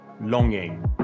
longing